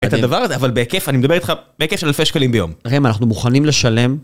את הדבר הזה, אבל בהיקף, אני מדבר איתך בהיקף של אלפי שקלים ביום. ראם, אנחנו מוכנים לשלם.